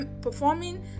performing